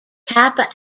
kappa